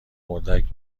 اردک